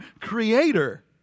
Creator